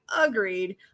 agreed